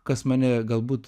kas mane galbūt